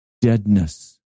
deadness